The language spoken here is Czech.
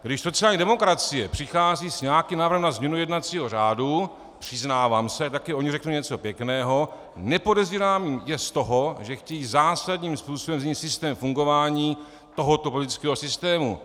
Když sociální demokracie přichází s nějakým návrhem na změnu jednacího řádu, přiznávám se, také o ní řeknu něco pěkného, nepodezírám je z toho, že chtějí zásadním způsobem změnit systém fungování tohoto politického systému.